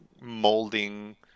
molding